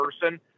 person